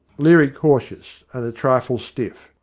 leary cautious and a trifle stiff.